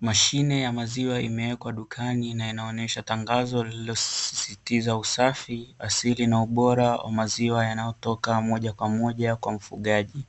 Mashine ya maziwa imewekwa dukani na ina tangazo linalosisitiza usafi asili na ubiora wa maziwa yanayotoka moja kwa moja kwa mfugaji,